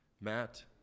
Matt